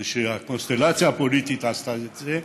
זה שהקונסטלציה הפוליטית עשתה את זה,